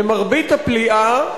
למרבית הפליאה,